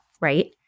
right